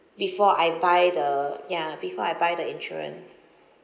before I buy the ya before I buy the insurance